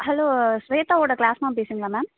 hello Shweta ஓட class ma'am பேசுறீங்களா ma'am